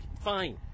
fine